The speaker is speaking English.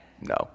No